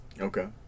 Okay